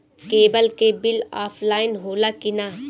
Cable के bill offline होला कि ना?